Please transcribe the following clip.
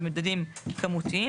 במדדים כמותיים,